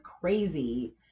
crazy